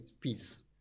peace